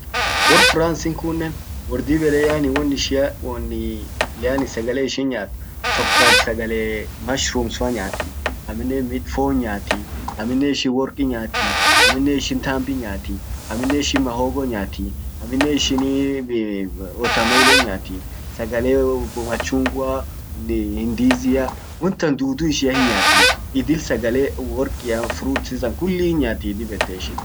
Wor France inn kunnen wor dib ede nyaani won ishian wonni sagale ishin nyaat tok ak sagale mushrooms fa nyaati ,amminen fon nyaati ,amminen ishin worki nyaati, amminen ishin tambi nyaati, amminen ishin mahogo nyaati, amminen ishin watermelon nyaati, sagale machungwa nyaati, ndizia, won tan dudu ishia hin nyaati idil sagale worki, fruits tan kulli hinyaati dib ete ishin.